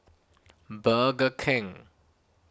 Burger King